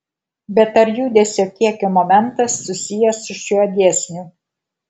bet ar judesio kiekio momentas susijęs su šiuo dėsniu